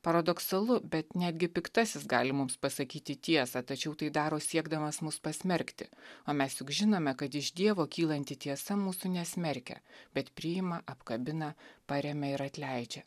paradoksalu bet netgi piktasis gali mums pasakyti tiesą tačiau tai daro siekdamas mus pasmerkti o mes juk žinome kad iš dievo kylanti tiesa mūsų nesmerkia bet priima apkabina paremia ir atleidžia